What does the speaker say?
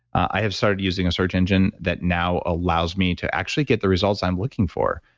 i have started using a search engine that now allows me to actually get the results i'm looking for.